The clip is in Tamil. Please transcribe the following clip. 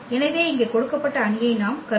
எனவே இங்கே கொடுக்கப்பட்ட அணியை நாம் கருத